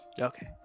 Okay